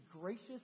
gracious